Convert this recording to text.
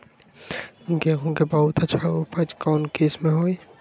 गेंहू के बहुत अच्छा उपज कौन किस्म होई?